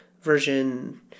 version